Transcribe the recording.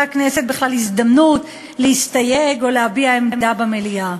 הכנסת בכלל הזדמנות להסתייג או להביע עמדה במליאה.